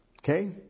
Okay